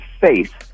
face